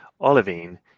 olivine